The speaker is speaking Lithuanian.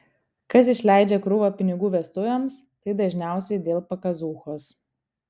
kas išleidžia krūvą pinigų vestuvėms tai dažniausiai dėl pakazuchos